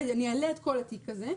ואני אעלה את כל התיק הזה,